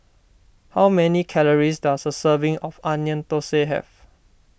how many calories does a serving of Onion Thosai have